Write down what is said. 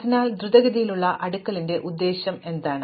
അതിനാൽ ദ്രുതഗതിയിലുള്ള അടുക്കലിന്റെ ഉദ്ദേശ്യം എന്താണ്